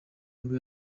nibwo